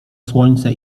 słońce